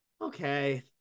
Okay